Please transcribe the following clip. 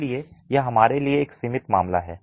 इसलिए यह हमारे लिए एक सीमित मामला है